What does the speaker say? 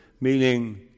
meaning